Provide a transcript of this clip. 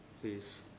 please